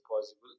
possible